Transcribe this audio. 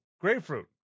Grapefruit